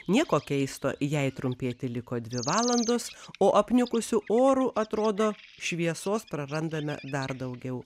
nieko keisto jai trumpėti liko dvi valandos o apniukusiu oru atrodo šviesos prarandame dar daugiau